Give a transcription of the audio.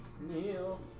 Neil